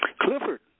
Clifford